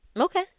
Okay